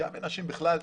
פגיעה בנשים בכלל,